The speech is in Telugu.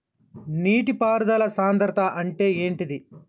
నీటి పారుదల సంద్రతా అంటే ఏంటిది?